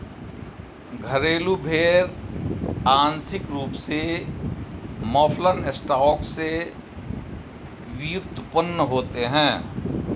घरेलू भेड़ आंशिक रूप से मौफलन स्टॉक से व्युत्पन्न होते हैं